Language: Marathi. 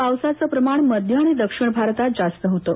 पावसाचं प्रमाण मध्य आणि दक्षिण भारतात जास्त होतं